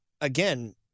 again